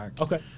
Okay